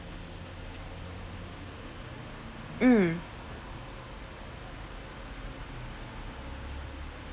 mm